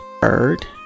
bird